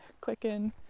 clicking